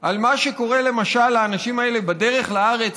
על מה שקורה למשל לאנשים האלה בדרך לארץ,